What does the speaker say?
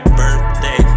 birthday